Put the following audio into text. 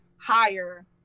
higher